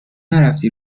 نرفتی